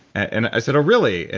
and i said, oh really?